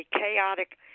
chaotic